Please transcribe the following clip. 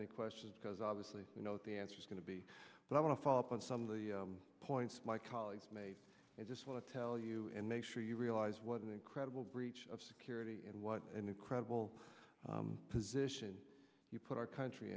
any questions because obviously you know the answer is going to be but i want to follow up on some of the points my colleagues made and just want to tell you and make sure you realize what an incredible breach of security and what an incredible position you put our country